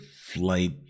flight